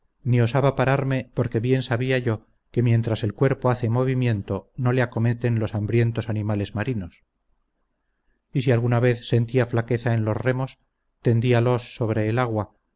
ni osaba pararme porque bien sabía yo que mientras el cuerpo hace movimiento no le acometen los hambrientos animales marinos y si alguna vez sentía flaqueza en los remos tendíalos sobre el agua